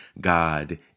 God